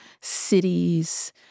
cities